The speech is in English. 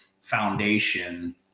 foundation